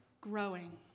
growing